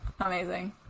amazing